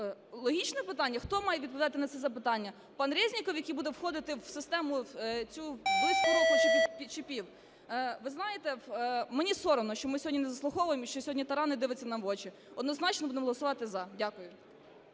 Логічне питання? Хто має відповідати на ці запитання – пан Резніков, який буде входити в систему цю близько року чи пів? Ви знаєте, мені соромно, що ми сьогодні не заслуховуємо і що сьогодні Таран не дивиться нам в очі. Однозначно будемо голосувати "за". Дякую.